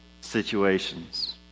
situations